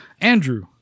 Andrew